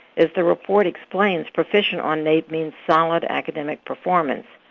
as the report explains, proficient on naep means solid academic performance.